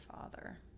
father